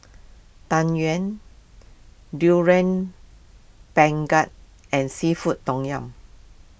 Tang Yuen Durian Pengat and Seafood Tom Yum